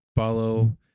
Follow